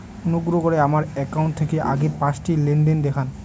অনুগ্রহ করে আমার অ্যাকাউন্ট থেকে আগের পাঁচটি লেনদেন দেখান